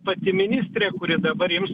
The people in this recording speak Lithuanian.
pati ministrė kuri dabar ims